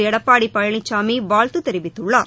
எடப்பாடி பழனிசாமி வாழ்த்து தெரிவித்துள்ளாார்